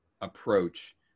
approach